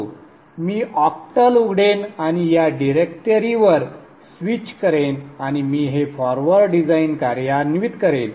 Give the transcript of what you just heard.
मी octal उघडेन आणि या डिरेक्टरीवर स्विच करेन आणि मी हे फॉरवर्ड डिझाइन कार्यान्वित करेन